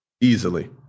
easily